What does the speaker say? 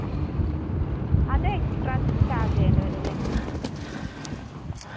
ആ അത് extra charge ചെയ്യേണ്ടി വരും അല്ലേ ആ